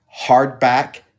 hardback